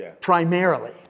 primarily